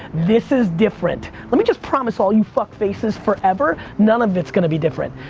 this is different. let me just promise all you fuck faces forever, none of it's gonna be different.